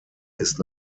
ist